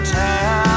town